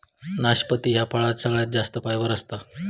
नाशपती ह्या फळात सगळ्यात जास्त फायबर असता